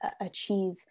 achieve